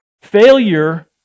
Failure